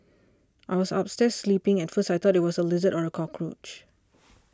I was upstairs sleeping at first I thought it was a lizard or a cockroach